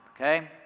Okay